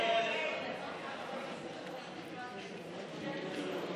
ההסתייגות (97) של קבוצת